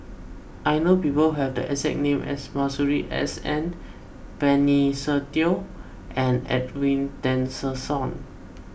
I know people who have the exact name as Masuri S N Benny Se Teo and Edwin Tessensohn